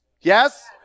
Yes